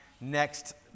next